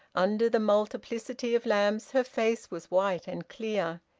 under the multiplicity of lamps her face was white and clear.